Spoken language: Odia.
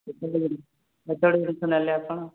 ଏତେଗୁଡ଼େ ଜିନିଷ ନେଲେ ଆପଣ